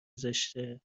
زشته